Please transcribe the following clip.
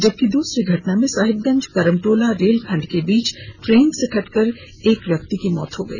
जबकि दूसरी घटना में साहिबगंज करमटोला रेलखंड के बीच ट्रेन से कटकर एक व्यक्ति की मौत हो गई